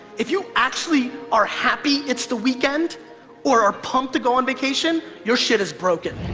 if you actually are happy it's the weekend or are pumped to go on vacation, your shit is broken